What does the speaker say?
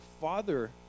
father